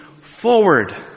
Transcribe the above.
forward